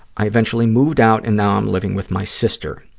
i eventually moved out and now i'm living with my sister.